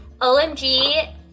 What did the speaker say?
OMG